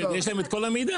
ויש להם את כל המידע,